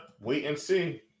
wait-and-see